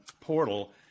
portal